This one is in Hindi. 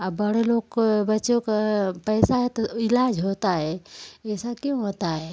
और बड़े लोग को बच्चों को पैसा है तो इलाज़ होता है ऐसा क्यों होता है